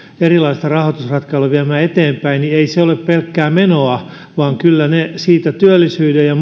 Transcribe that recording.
erilaisilla rahoitusratkaisuilla viemään eteenpäin niin ei se ole pelkkää menoa vaan kyllä siitä työllisyyden ja